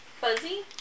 Fuzzy